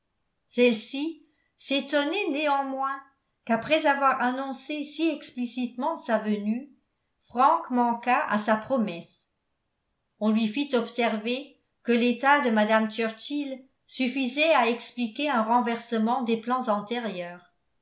celle-ci s'étonnait néanmoins qu'après avoir annoncé si explicitement sa venue frank manquât à sa promesse on lui fit observer que l'état de mme churchill suffisait à expliquer un renversement des plans antérieurs